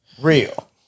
real